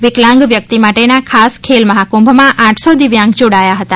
વિકલાંગ વ્યકિત માટેના ખાસ ખેલ મહાકુંભમાં આઠસો દિવ્યાંગ જોડાયા હતા